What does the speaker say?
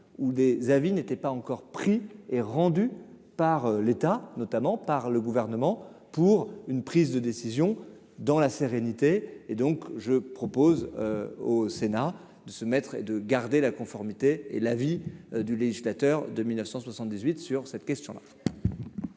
ou des avis n'était pas encore pris et rendu par l'État, notamment par le gouvernement pour une prise de décision dans la sérénité et donc je propose au Sénat de se mettre et de garder la conformité et la vie du législateur de 1978 sur cette question là.